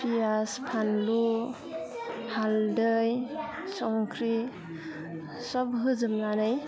पियास फानलु हालदै संख्रि सब होजोबनानै